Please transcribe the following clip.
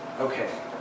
Okay